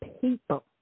people